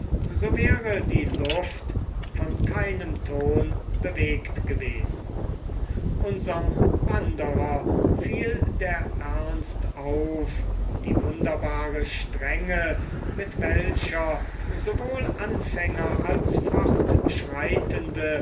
so wäre die luft von keinem ton bewegt gewesen unserm wanderer fiel der ernst auf die wunderbare strenge mit welcher sowohl anfänger als